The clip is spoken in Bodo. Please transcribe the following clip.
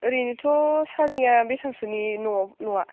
ओरैनोथ' सारनिया बेसेबांसोनि न'आ